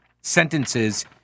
sentences